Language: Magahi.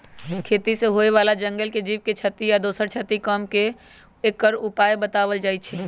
खेती से होय बला जंगल के जीव के क्षति आ दोसर क्षति कम क के एकर उपाय् बतायल जाइ छै